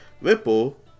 Ripple